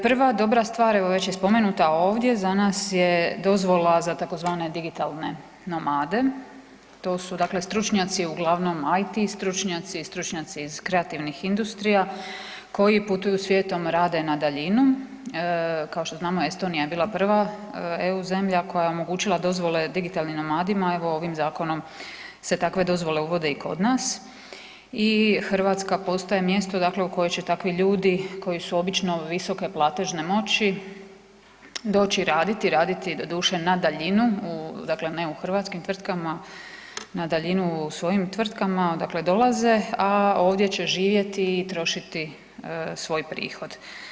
Prva dobra stvar, evo već je spomenuta ovdje, za nas je dozvola za tzv. digitalne nomade, to su dakle stručnjaci uglavnom IT, stručnjaci iz kreativnih industrija koji putuju svijetom, rade na daljinu, kao što znamo Estonija je bila prva EU zemlja koja je omogućila dozvole digitalnim nomadima, evo ovim zakonom se takve dozvole uvode i kod nas i Hrvatska postaje mjesto dakle u koje će takvi ljudi koji su obično visoke platežne moći doći raditi, raditi doduše na daljinu u dakle ne u hrvatskim tvrtkama, na daljinu u svojim tvrtkama, dakle dolaze a ovdje će živjeti i trošiti svoj prihod.